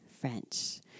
French